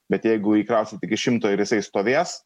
bet jeigu įkrausit iki šimto ir jisai stovės